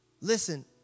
Listen